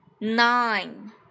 nine